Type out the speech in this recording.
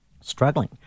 struggling